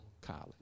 college